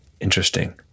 Interesting